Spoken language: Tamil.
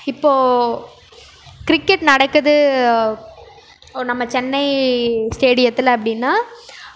இப்போது கிரிக்கெட் நடக்குது நம்ம சென்னை ஸ்டேடியத்தில் அப்படின்னால்